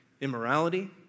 immorality